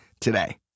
today